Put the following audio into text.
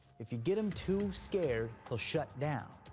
if you get him too scared, he'll shut down.